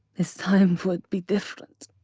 this time would be different.